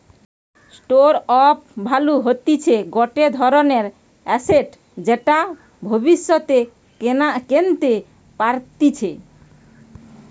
store of value হতিছে গটে ধরণের এসেট যেটা ভব্যিষতে কেনতে পারতিছে